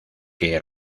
que